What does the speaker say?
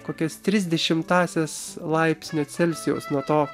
kokias tris dešimtąsias laipsnio celcijaus nuo to